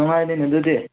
ꯅꯨꯡꯉꯥꯏꯔꯦꯅꯦ ꯑꯗꯨꯗꯤ